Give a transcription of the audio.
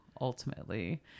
ultimately